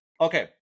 Okay